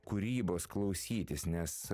kūrybos klausytis nes